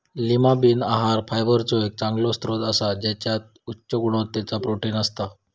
Lima bean आहार फायबरचो एक चांगलो स्त्रोत असा त्याच्यात उच्च गुणवत्तेचा प्रोटीन असता